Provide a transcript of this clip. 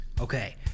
Okay